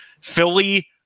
Philly